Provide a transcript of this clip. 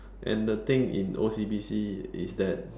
and the thing in O_C_B_C is that